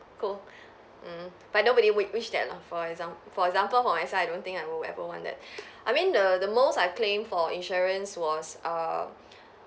cool mm but nobody wi~ wish that lah for exam~ for example for myself I don't think I will ever want that I mean the the most I claimed for insurance was err